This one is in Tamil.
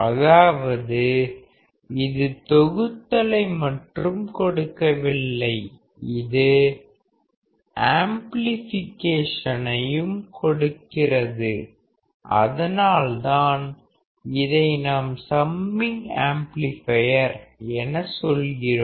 அதாவது இது தொகுத்தலை மற்றும் கொடுக்கவில்லை இது ஆம்ப்ளிஃபிகேசனையும் கொடுக்கிறது அதனால் தான் இதை நாம் சம்மிங் ஆம்ப்ளிபயர் என சொல்கிறோம்